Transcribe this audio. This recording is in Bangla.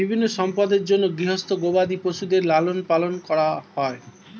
বিভিন্ন সম্পদের জন্যে গৃহস্থ গবাদি পশুদের লালন পালন করা হয়